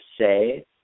say